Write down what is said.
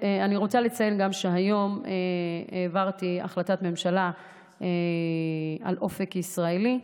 אני גם רוצה לציין שהיום העברתי החלטת ממשלה על אופק ישראלי,